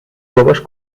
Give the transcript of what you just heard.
باباش